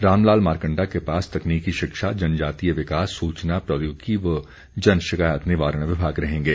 रामलाल मारकंडा के पास तकनीकी शिक्षा जनजातीय विकास सूचना प्रौद्योगिकी व जन शिकायत निवारण विभाग रहेंगे